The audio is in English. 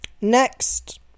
Next